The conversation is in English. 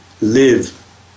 live